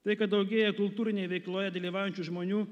tai kad daugėja kultūrinėj veikloje dalyvaujančių žmonių